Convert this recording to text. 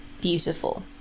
beautiful